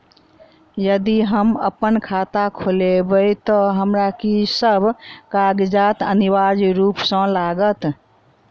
यदि हम अप्पन खाता खोलेबै तऽ हमरा की सब कागजात अनिवार्य रूप सँ लागत?